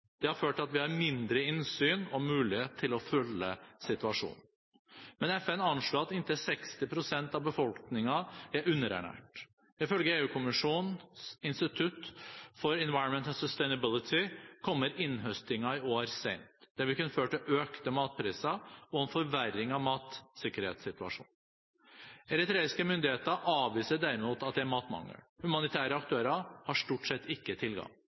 Det har ført til at vi har mindre innsyn i og mulighet til å følge situasjonen, men FN anslår at inntil 60 pst. av befolkningen er underernært. Ifølge EU-kommisjonens Institute for Environment and Sustainability kommer innhøstingen i år sent. Det vil kunne føre til økte matpriser og en forverring av matsikkerhetssituasjonen. Eritreiske myndigheter avviser derimot at det er matmangel. Humanitære aktører har stort sett ikke tilgang.